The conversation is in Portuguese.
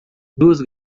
duas